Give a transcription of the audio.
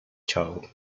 child